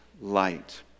light